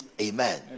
Amen